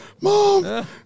mom